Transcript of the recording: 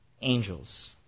angels